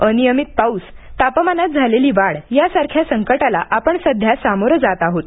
अनियमित पाऊस तापमानात झालेली वाढ या सारख्या संकटाला आपण सध्या सामोरं जात आहोत